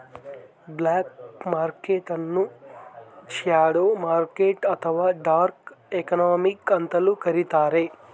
block market ನ್ನು shadow market ಅಥವಾ dark economy ಅಂತಲೂ ಕರಿತಾರೆ